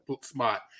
spot